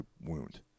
wound